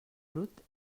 brut